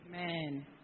Amen